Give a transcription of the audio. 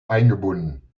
eingebunden